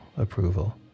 approval